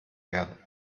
werden